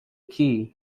key